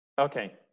okay